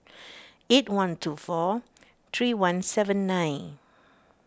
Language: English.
eight one two four three one seven nine